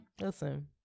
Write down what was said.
Listen